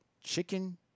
Chicken